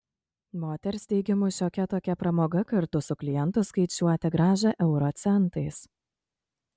moters teigimu šiokia tokia pramoga kartu su klientu skaičiuoti grąžą euro centais